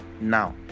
now